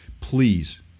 Please